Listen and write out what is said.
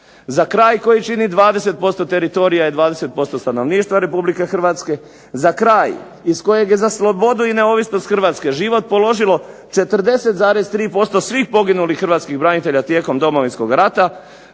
Za kraj koji čini 20% teritorija i 20% stanovništva Republike Hrvatske, za kraj iz kojeg je za slobodu i neovisnost Hrvatske život položilo 40,3% svih poginulih hrvatskih branitelja tijekom Domovinskog rata